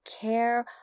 care